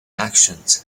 actions